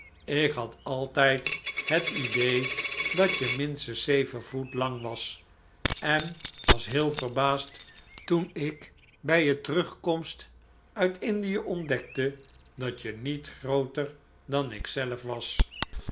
ik had altijd het idee dat je minstens zeven voet lang was en was heel verbaasd toen ik bij je terugkomst uit indie ontdekte dat je niet grooter dan ikzelf was